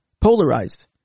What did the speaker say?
polarized